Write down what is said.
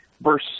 verse